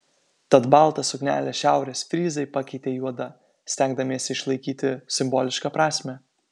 tad baltą suknelę šiaurės fryzai pakeitė juoda stengdamiesi išlaikyti simbolišką prasmę